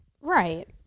Right